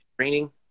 training